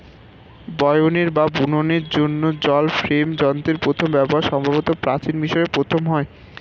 বয়নের বা বুননের জন্য জল ফ্রেম যন্ত্রের প্রথম ব্যবহার সম্ভবত প্রাচীন মিশরে প্রথম হয়